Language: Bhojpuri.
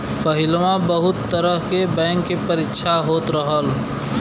पहिलवा बहुत तरह के बैंक के परीक्षा होत रहल